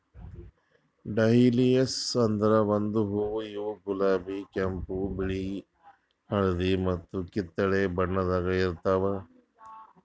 dahlias ಅಂದುರ್ ಒಂದು ಹೂವು ಇವು ಗುಲಾಬಿ, ಕೆಂಪು, ಬಿಳಿ, ಹಳದಿ ಮತ್ತ ಕಿತ್ತಳೆ ಬಣ್ಣದಾಗ್ ಇರ್ತಾವ್